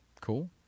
Cool